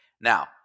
Now